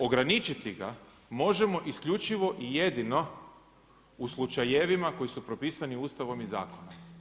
Ograničiti ga možemo isključivo i jedino u slučajevima koji su propisani Ustavom i zakonom.